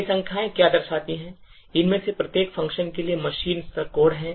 ये संख्याएँ क्या दर्शाती हैं इनमें से प्रत्येक function के लिए मशीन स्तर कोड हैं